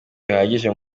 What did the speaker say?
bihagije